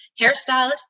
hairstylist